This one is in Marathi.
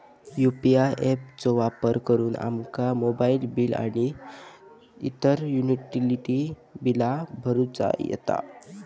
यू.पी.आय ऍप चो वापर करुन आमका मोबाईल बिल आणि इतर युटिलिटी बिला भरुचा येता